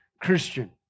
Christian